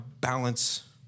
balance